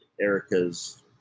Erica's